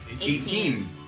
Eighteen